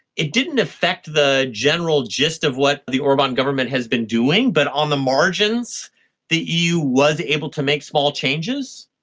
it didn't affect the general gist of what the orban government has been doing, but on the margins the eu was able to make small changes.